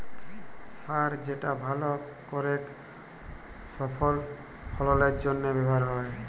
সার যেটা ভাল করেক ফসল ফললের জনহে ব্যবহার হ্যয়